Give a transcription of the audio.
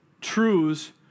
truths